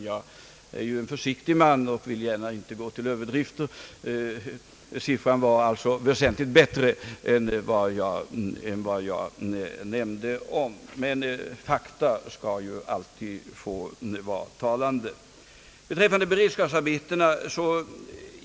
Jag är ju en försiktig man och vill inte gärna gå till överdrifter, men siffran var alltså väsentligt bättre än den jag först nämnde, och fakta skall ju alltid få vara talande.